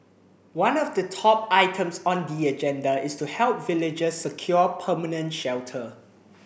one of the top items on the agenda is to help villagers secure permanent shelter